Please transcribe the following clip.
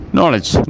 Knowledge